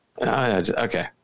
okay